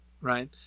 right